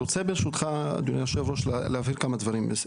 ברשותך, היו"ר, אני רוצה להבהיר כמה דברים.